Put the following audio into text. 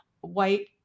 white